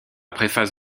préface